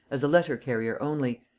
as a letter-carrier only,